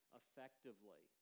effectively